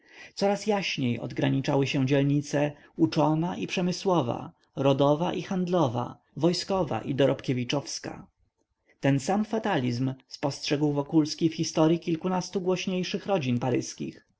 coraz jaśniej odgraniczały się dzielnice uczona i przemysłowa rodowa i handlowa wojskowa i dorobkiewiczowska ten sam fatalizm spostrzegł wokulski w historyi kilkunastu głośniejszych rodzin paryskich